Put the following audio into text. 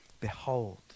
Behold